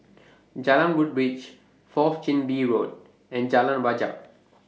Jalan Woodbridge Fourth Chin Bee Road and Jalan Wajek